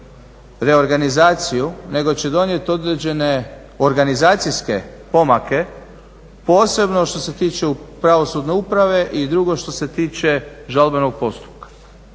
reorganizaciju nego će donijeti određene organizacijske pomake posebno što se tiču pravosudne uprave i drugo što se tiče žalbenog postupka.